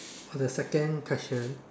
for the second question